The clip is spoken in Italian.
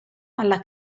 alla